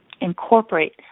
incorporate